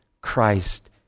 Christ